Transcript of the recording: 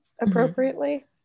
appropriately